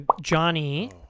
Johnny